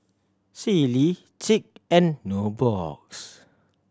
Sealy Schick and Nubox